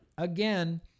Again